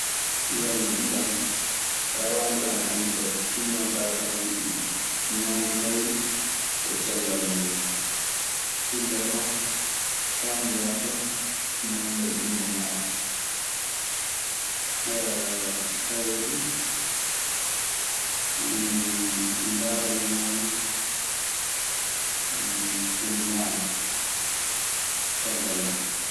Mi wiyan mo "giƴam, rawaandu an annii ɗoo. Tinnano ɗaa kam, ñaandu mayru e cellal mayru. Illa ɗoo faa mi warta. Mi nannga e junngo maaɗa." Tawee du mi ndaarani moomo ko ndu ñaama caggal an.